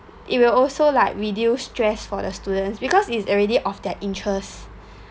it will also like reduce stress for the students because it's already of their interest